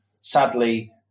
sadly